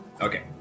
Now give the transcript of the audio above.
Okay